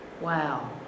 Wow